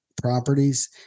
properties